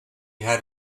had